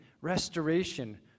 restoration